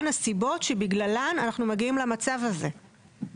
הסיבות שבגללן אנחנו מגיעים למצב הזה,